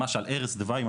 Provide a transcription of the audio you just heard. ממש על ערש דווי,